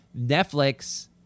Netflix